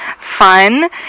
fun